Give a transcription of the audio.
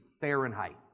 Fahrenheit